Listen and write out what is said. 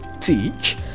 teach